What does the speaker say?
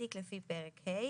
לפי פרק ה'".